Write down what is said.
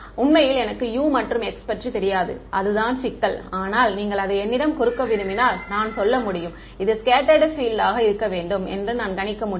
உண்மையில் எனக்கு U மற்றும் x பற்றி தெரியாது அதுதான் சிக்கல் ஆனால் நீங்கள் அதை என்னிடம் கொடுக்க விரும்பினால் நான் சொல்ல முடியும் இது ஸ்கெட்ட்டர்டு பீல்ட் ஆக இருக்க வேண்டும் என்று நான் கணிக்க முடியும்